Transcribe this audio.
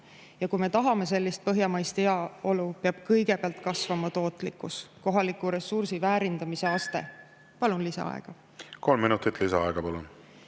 Ja kui me tahame sellist põhjamaist heaolu, siis peab kõigepealt kasvama tootlikkus, kohaliku ressursi väärindamise aste. Palun lisaaega. Kolm minutit lisaaega, palun!